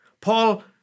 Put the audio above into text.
Paul